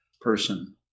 person